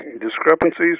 discrepancies